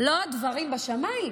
לא דברים בשמיים,